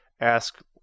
ask